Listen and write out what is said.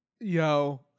Yo